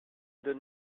donne